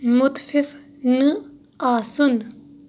مُتفِف نہٕ آسُن